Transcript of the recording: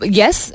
yes